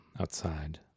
outside